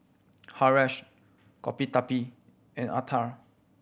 Haresh Gottipati and Atal